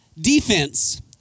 defense